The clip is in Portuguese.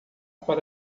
para